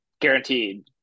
guaranteed